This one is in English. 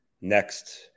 next